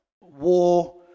war